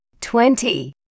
twenty